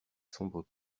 sombres